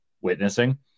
witnessing